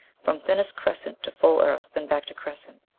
from thinnest crescent to full earth, then back to crescent.